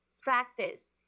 practice